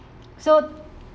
so